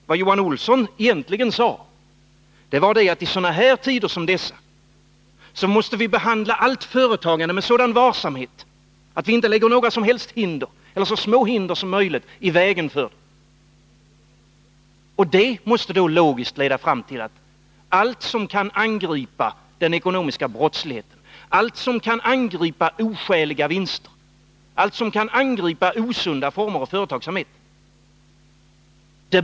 Vad Johan Olsson egentligen sade var ju att vi i tider som dessa måste behandla allt företagande med sådan varsamhet att vi inte lägger några som helst hinder, eller att vi lägger så små hinder som möjligt, i vägen. Det måste logiskt leda fram till att vi lämpligen bör avstå från allt som kan angripa den ekonomiska brottsligheten, från allt som kan angripa oskäliga vinster och osunda former av företagsamhet.